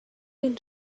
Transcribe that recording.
been